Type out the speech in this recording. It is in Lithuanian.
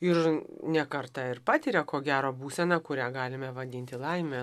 ir ne kartą ir patiria ko gero būseną kurią galime vadinti laime